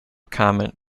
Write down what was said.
comment